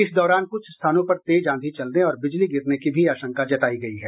इस दौरान कुछ स्थानों पर तेज आंधी चलने और बिजली गिरने की भी आशंका जताई गयी है